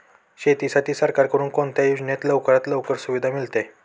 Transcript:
शेतीसाठी सरकारकडून कोणत्या योजनेत लवकरात लवकर सुविधा मिळते?